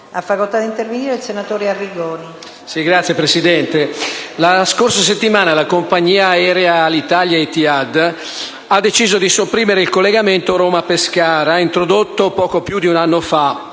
la scorsa settimana, la compagnia aerea Alitalia-Etihad ha deciso di sopprimere il collegamento tra Roma e Pescara, introdotto poco più di un anno fa,